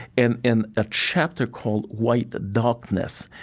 and in a chapter called white darkness,